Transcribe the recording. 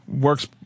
works